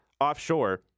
offshore